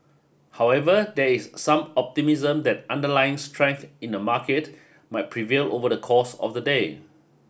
however there is some optimism that underlying strength in the market might prevail over the course of the day